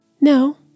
No